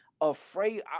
afraid